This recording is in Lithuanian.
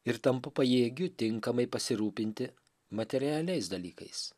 ir tampu pajėgiu tinkamai pasirūpinti materialiais dalykais